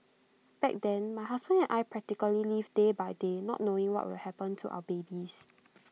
back then my husband and I practically lived day by day not knowing what will happen to our babies